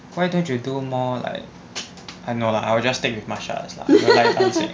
why don't you do more like I know lah I'll just stick with martial arts lah no lion dancing